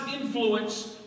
influence